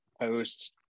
posts